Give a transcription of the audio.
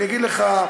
אני אגיד לך,